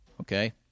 Okay